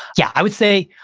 yeah. i would say,